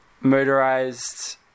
motorized